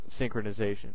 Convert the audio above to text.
synchronization